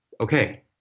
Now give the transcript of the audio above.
okay